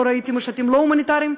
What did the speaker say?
לא ראיתי משטים לא הומניטריים,